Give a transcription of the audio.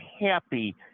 happy